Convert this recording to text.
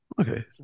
Okay